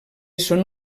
són